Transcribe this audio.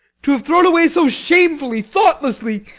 to have thrown away so shamefully, thoughtlessly,